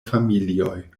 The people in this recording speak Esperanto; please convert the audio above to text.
familioj